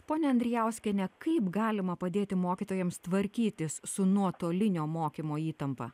ponia andrijauskiene kaip galima padėti mokytojams tvarkytis su nuotolinio mokymo įtampa